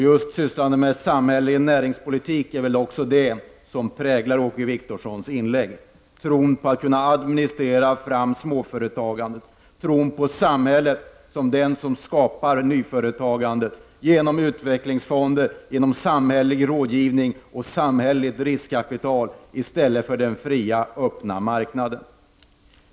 Just sysslandet med samhällelig näringspolitik präglar Åke Wictorssons inlägg, tron att man kan administrera fram småföretagandet, tron på samhället som det som skapar nyföretagande genom utvecklingsfonder, samhällelig rådgivning och samhälleligt riskkapital i stället för den fria öppna marknaden.